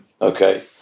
Okay